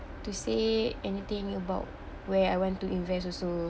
to say anything about where I want to invest also